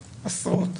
עשרות.